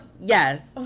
yes